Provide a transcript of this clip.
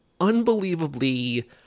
unbelievably